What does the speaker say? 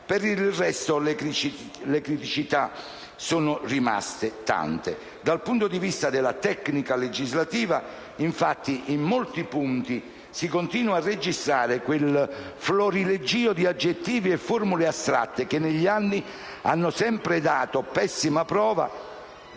Per il resto, le criticità rimaste sono tante. Dal punto di vista della tecnica legislativa, infatti, in molti punti si continua a registrare quel florilegio di aggettivi e di formule astratte che, negli anni, hanno sempre dato pessima prova,